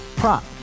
Prop